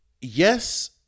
Yes